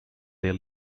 they